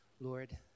Lord